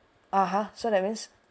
(uh huh) so that means